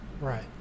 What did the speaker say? Right